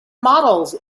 models